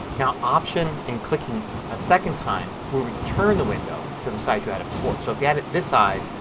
now option and clicking a second time will return the window to the size you had it before. so if you had it this size,